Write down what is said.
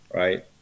right